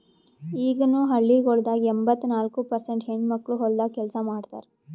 ಈಗನು ಹಳ್ಳಿಗೊಳ್ದಾಗ್ ಎಂಬತ್ತ ನಾಲ್ಕು ಪರ್ಸೇಂಟ್ ಹೆಣ್ಣುಮಕ್ಕಳು ಹೊಲ್ದಾಗ್ ಕೆಲಸ ಮಾಡ್ತಾರ್